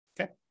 Okay